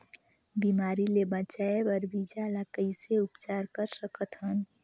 बिमारी ले बचाय बर बीजा ल कइसे उपचार कर सकत हन?